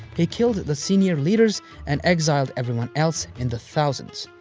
he killed the senior leaders and exiled everyone else in the thousands.